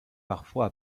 parfois